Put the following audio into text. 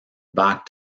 back